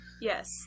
Yes